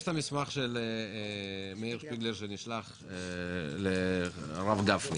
יש את המסמך של מאיר שפיגלר שנשלח לרב גפני